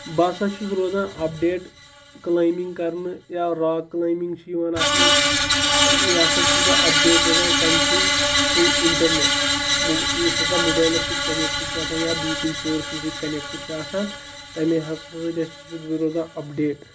بہٕ ہَسا چھُس روزان اَپڈیٹ کٕلایمبِنٛگ کَرنہٕ یا راک کٕلایمبِنٛگ چھِ یِوان اَتھ منٛز یہِ ہَسا چھُس بہٕ اَپڈیٹ روزان کٔمۍ تھرٛوٗ تھرٛوٗ اِنٹَرنیٹ یُس ہَسا موبایلَس سۭتۍ کَنٮ۪کٹہٕ چھِ آسان یا بیٚیہِ کُنہِ سورسہِ سۭتۍ کَنٮ۪کٹہٕ چھِ آسان تَمی ہَسا سۭتۍ ہَسا چھُس بہٕ روزان اَپڈیٹ